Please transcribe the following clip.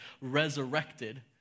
resurrected